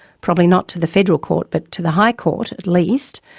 probably not to the federal court but to the high court at least,